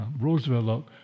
Roosevelt